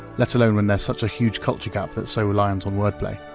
let alone when there's such a huge culture gap that's so reliant on wordplay.